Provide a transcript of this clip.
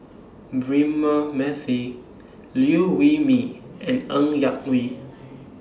Braema Mathi Liew Wee Mee and Ng Yak Whee